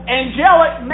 angelic